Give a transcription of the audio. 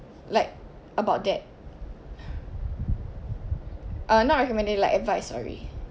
like about that uh not recommenda~ like advice sorry